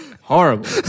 Horrible